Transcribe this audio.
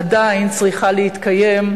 שעדיין צריכה להתקיים,